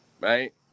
right